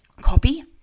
copy